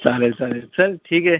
चालेल चालेल चल ठीक आहे